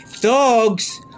Dogs